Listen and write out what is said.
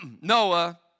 Noah